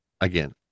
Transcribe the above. again